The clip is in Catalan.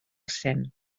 cent